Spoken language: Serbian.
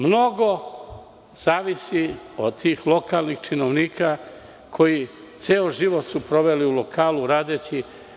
Mnogo zavisi od tih lokalnih činovnika koji ceo život su proveli u lokalu radeći.